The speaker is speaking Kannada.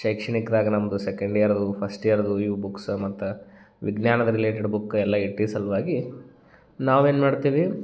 ಶೈಕ್ಷಣಿಕದಾಗ ನಮ್ದು ಸೆಕೆಂಡ್ ಇಯರ್ದು ಫಸ್ಟ್ ಇಯರ್ದು ಇವು ಬುಕ್ಸ್ ಮತ್ತು ವಿಜ್ಞಾನದ ರಿಲೇಟೆಡ್ ಬುಕ್ ಎಲ್ಲ ಇಟ್ಟಿದ್ ಸಲುವಾಗಿ ನಾವೇನು ಮಾಡ್ತೀವಿ